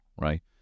right